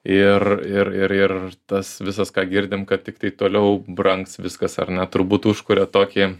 ir ir ir ir tas visas ką girdim kad tiktai toliau brangs viskas ar ne turbūt užkuria tokį